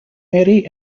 erie